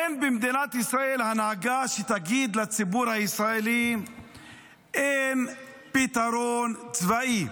אין במדינת ישראל הנהגה שתגיד לציבור הישראלי שאין פתרון צבאי.